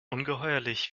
ungeheuerlich